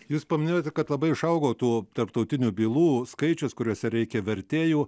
jūs paminėjote kad labai išaugo tų tarptautinių bylų skaičius kuriose reikia vertėjų